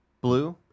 Blue